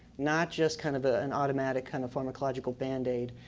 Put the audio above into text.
not just kind of ah an automatic kind of pharmacological band aid.